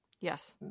Yes